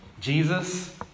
Jesus